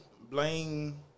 blame